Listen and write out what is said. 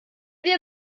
wir